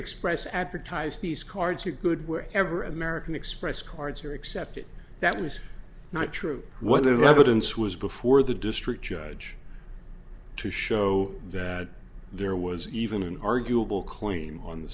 express advertised these cards are good wherever american express cards are accepted that was not true whatever dence was before the district judge to show that there was even an arguable claim on the